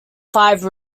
five